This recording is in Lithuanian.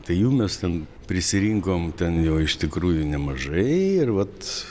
tai jų mes ten prisirinkom ten jau iš tikrųjų nemažai ir vat